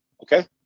Okay